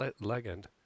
Legend